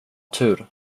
tur